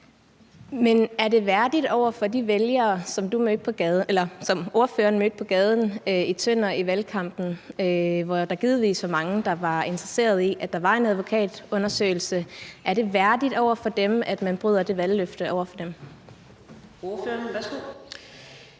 Men er det værdigt over for de vælgere, som ordføreren mødte på gaden i Tønder i valgkampen, hvor der givetvis var mange, der var interesseret i, at der kom en advokatundersøgelse, at man bryder det valgløfte? Kl. 15:24 Fjerde næstformand